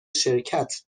شرکت